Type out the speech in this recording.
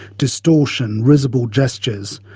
distortion, risible gestures,